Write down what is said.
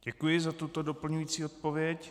Děkuji za tuto doplňující odpověď.